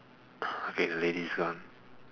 okay the lady's gone